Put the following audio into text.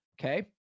Okay